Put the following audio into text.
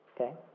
Okay